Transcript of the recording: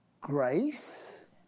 grace